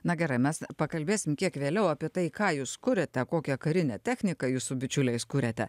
na gerai mes pakalbėsim kiek vėliau apie tai ką jūs kuriate kokią karinę techniką jūs su bičiuliais kuriate